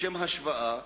לשם השוואה,